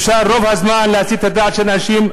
אפשר רוב הזמן להסיט את הדעת של אנשים,